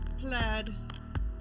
plaid